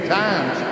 times